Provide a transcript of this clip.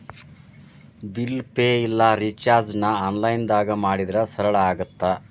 bill pay ಇಲ್ಲಾ ರಿಚಾರ್ಜ್ನ ಆನ್ಲೈನ್ದಾಗ ಮಾಡಿದ್ರ ಸರಳ ಆಗತ್ತ